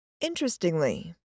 Interestingly